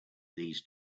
these